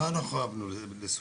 במה אנחנו אהבנו לנסוע?